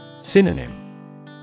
Synonym